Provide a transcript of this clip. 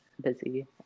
busy